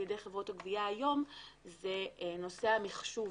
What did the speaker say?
ידי חברות הגבייה היום זה נושא המחשוב,